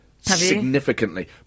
Significantly